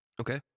okay